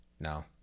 No